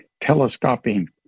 telescoping